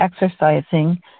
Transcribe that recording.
exercising